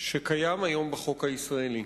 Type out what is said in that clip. שקיים היום בחוק הישראלי.